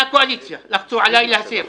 מהקואליציה לחצו עליי להסיר.